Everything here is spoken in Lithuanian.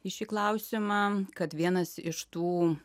į šį klausimą kad vienas iš tų